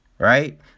Right